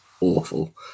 awful